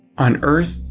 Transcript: on earth,